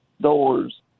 doors